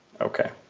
Okay